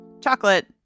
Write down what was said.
chocolate